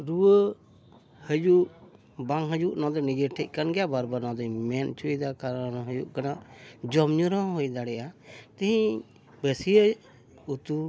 ᱨᱩᱣᱟᱹ ᱦᱤᱡᱩᱜ ᱵᱟᱝ ᱦᱤᱡᱩᱜ ᱱᱚᱣᱟ ᱫᱚ ᱱᱤᱡᱮ ᱴᱷᱮᱱ ᱠᱟᱱ ᱜᱮᱭᱟ ᱵᱟᱨ ᱵᱟᱨ ᱱᱚᱣᱟ ᱫᱚᱧ ᱢᱮᱱ ᱚᱪᱚᱭᱮᱫᱟ ᱠᱟᱨᱚᱱ ᱦᱩᱭᱩᱜ ᱠᱟᱱᱟ ᱡᱚᱢᱼᱧᱩ ᱨᱦᱚᱸ ᱦᱩᱭ ᱫᱟᱲᱮᱭᱟᱜᱼᱟ ᱛᱮᱦᱮᱧ ᱵᱟᱹᱥᱭᱟᱹᱭ ᱩᱛᱩ